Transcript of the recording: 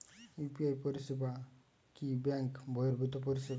UPI পরিসেবা কি bank বর্হিভুত পরিসেবা?